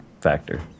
factor